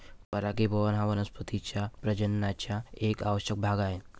परागीभवन हा वनस्पतीं च्या प्रजननाचा एक आवश्यक भाग आहे